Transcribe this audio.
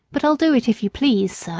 but i'll do it if you please, sir.